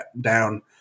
down